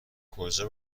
کجا